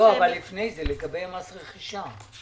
אבל לגבי מס רכישה?